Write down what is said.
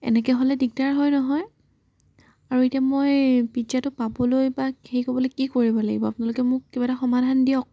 এনেকৈ হ'লে দিগদাৰ হয় নহয় আৰু এতিয়া মই পিজ্জাটো পাবলৈ বা হেৰি কৰিবলৈ কি কৰিব লাগিব আপোনালোকে মোক কিবা এটা সমাধান দিয়ক